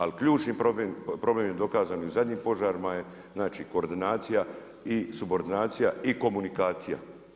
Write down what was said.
Ali ključni problem je dokazano i u zadnjim požarima znači koordinacija i sugordinacija i komunikacija.